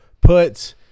put